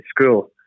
school